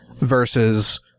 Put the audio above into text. versus